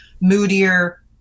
moodier